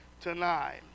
tonight